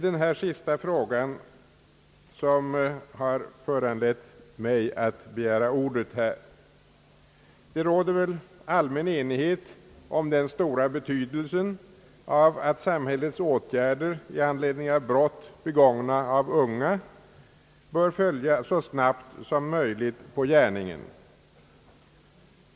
Den sista frågan har föranlett mig att begära ordet. Det råder allmän enighet om den stora betydelsen av att samhällets åtgärder i anledning av brott begångna av unga bör följa så snabbt som möjligt på gärningen.